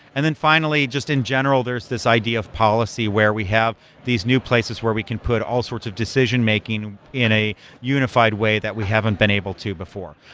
and then finally, just in general, there is this idea of policy where we have these new places where we can put all sorts of decision-making in a unified way that we haven't been able to before.